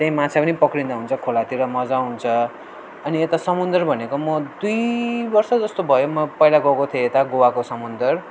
त्यहीँ माछा पनि पकडिदा हुन्छ खोलातिर मजा आउँछ अनि यता समुद्र भनेको म दुई वर्ष जस्तो भयो म पहिला गएको थिएँ यता गोवाको समुद्र